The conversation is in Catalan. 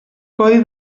codi